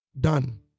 done